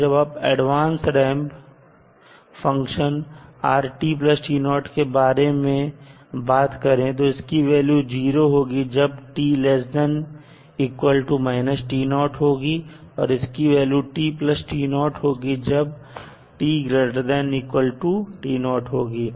और जब आप एडवांस रैंप फंक्शन के बारे मैं बात करें तो इसकी वैल्यू 0 होगी जब t≤ होगी और इसकी वैल्यू होगी जब t≥ होगी